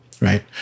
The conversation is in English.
Right